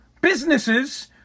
Businesses